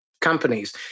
companies